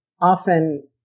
often